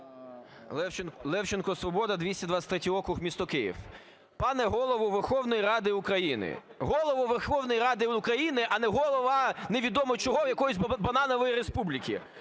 Левченко, "Свобода", 223-й округ, місто Київ. Пане Голово Верховної Ради України, Голово Верховної Ради України, а не голова невідомо чого, якоїсь бананової республіки!